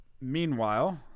meanwhile